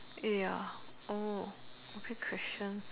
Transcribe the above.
eh ya oh great question